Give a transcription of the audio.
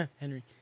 Henry